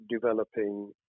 developing